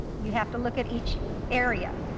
you have to look at each area.